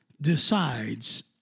decides